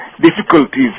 difficulties